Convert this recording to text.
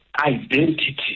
identity